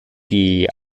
die